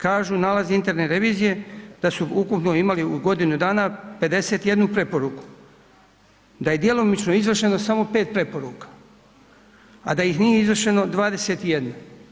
Kažu nalazi interne revizije, da su ukupno imali u godinu dana 51 preporuku, da je djelomično izvršeno samo 5 preporuka a da ih nije izvršeno 21.